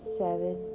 seven